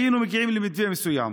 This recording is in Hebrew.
היינו מגיעים למתווה מסוים.